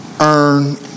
earn